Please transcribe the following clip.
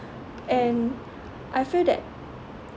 and I feel that